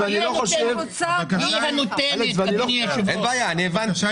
היא הנותנת, אדוני היושב-ראש.